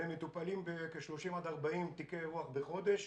והם מטופלים ב-30 עד 40 תיקי אירוח בחודש.